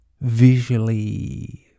visually